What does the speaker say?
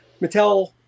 mattel